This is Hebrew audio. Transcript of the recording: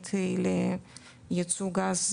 בתוכנית לייצוא גז,